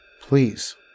please